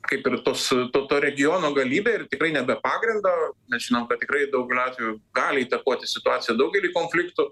kaip ir tos to to regiono galybė ir tikrai ne be pagrindo mes žinom kad tikrai daugeliu atvejų gali įtakoti situaciją daugely konfliktų